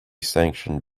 sanctioned